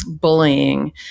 bullying